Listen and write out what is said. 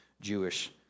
Jewish